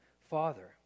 father